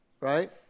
right